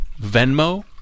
Venmo